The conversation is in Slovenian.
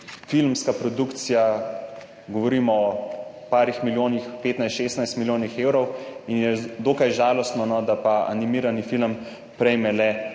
filmska produkcija, govorimo o nekaj milijonih, 15, 16 milijonih evrov, in je dokaj žalostno, da pa animirani film prejme le